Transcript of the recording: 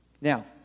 Now